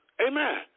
Amen